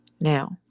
now